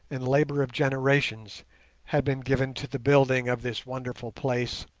and labour of generations had been given to the building of this wonderful place,